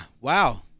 wow